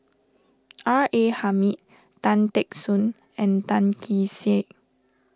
R A Hamid Tan Teck Soon and Tan Kee Sek